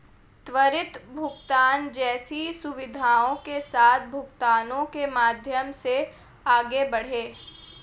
त्वरित भुगतान जैसी सुविधाओं के साथ भुगतानों के माध्यम से आगे बढ़ें